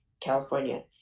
California